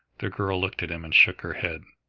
the girl looked at him and shook her head.